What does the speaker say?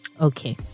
okay